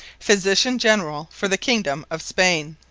physitian generall for the kingdome of spaine.